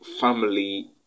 family